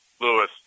Lewis